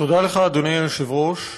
לך, אדוני היושב-ראש,